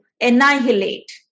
annihilate